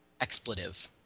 expletive